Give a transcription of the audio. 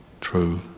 true